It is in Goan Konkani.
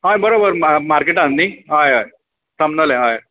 हय बरोबर मार्केटान न्ही हय हय समजले हय